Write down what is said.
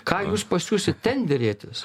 ką jūs pasiųsit ten derėtis